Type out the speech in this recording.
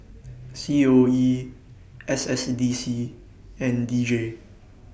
C O E S S D C and D J